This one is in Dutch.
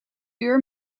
uur